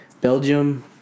Belgium